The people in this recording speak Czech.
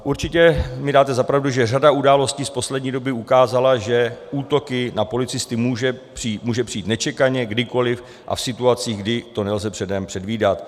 Určitě mi dáte za pravdu, že řada událostí z poslední doby ukázala, že útoky na policisty můžou přijít nečekaně, kdykoliv a v situacích, kdy to nelze předem předvídat.